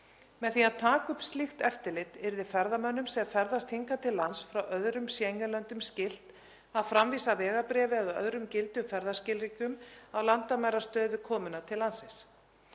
Með því að taka upp slíkt eftirlit yrði ferðamönnum sem ferðast hingað til lands frá öðrum Schengen-löndum skylt að framvísa vegabréfi eða öðrum gildum ferðaskilríkjum á landamærastöð við komuna til landsins.